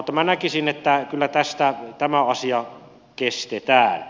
minä näkisin että kyllä tämä asia kestetään